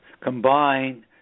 combine